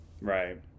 Right